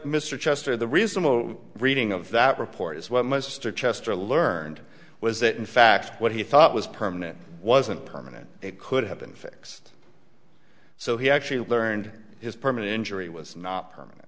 mr chester the reasonable reading of that report is what mr chester learned was that in fact what he thought was permanent wasn't permanent it could have been fixed so he actually learned his permanent injury was not permanent